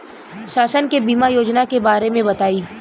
शासन के बीमा योजना के बारे में बताईं?